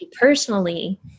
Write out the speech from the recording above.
personally